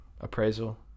appraisal